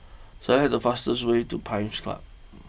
select the fastest way to Pines Club